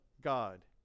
God